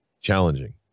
challenging